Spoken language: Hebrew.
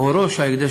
ראש ההקדש,